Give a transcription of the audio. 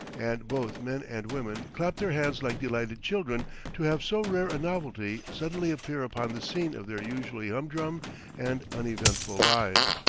and both men and women clap their hands like delighted children to have so rare a novelty suddenly appear upon the scene of their usually humdrum and uneventful lives.